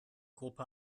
gruppe